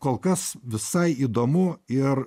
kol kas visai įdomu ir